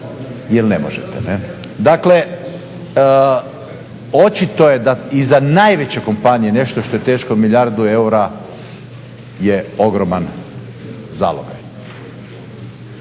jer ne možete. Dakle, očito je da iza najveće kompanije nešto što je teško milijardu eura je ogroman zalog.